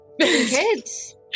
Kids